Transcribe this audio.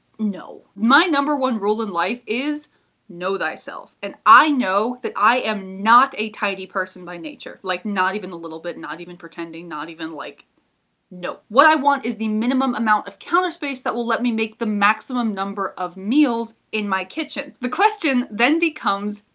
no. my number one rule in life is know thyself and i know that i am not a tidy person by nature, like not even a little bit, not even pretending, not even like no. what i want is the minimum amount of counter space that will let me make the maximum number of meals in my kitchen. the question then becomes,